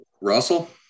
Russell